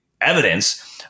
evidence